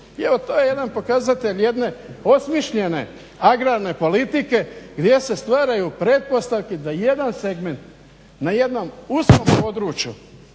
Evo to je jedan pokazatelj jedne osmišljene agrarne politike gdje se stvaraju pretpostavke da jedan segment na jednom uskom području